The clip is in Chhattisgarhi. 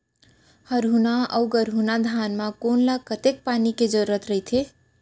हरहुना अऊ गरहुना धान म कोन ला कतेक पानी के जरूरत रहिथे?